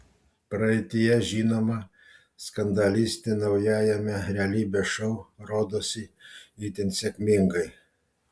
praeityje žinoma skandalistė naujajame realybės šou rodosi itin sėkmingai